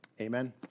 Amen